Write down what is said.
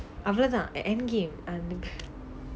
அவ்ளோ தான்:avlo thaan end game அவனுக்கு:avanukku